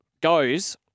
goes